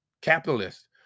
capitalist